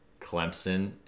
Clemson